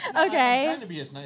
Okay